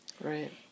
Right